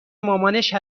مامانش